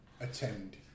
attend